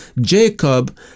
Jacob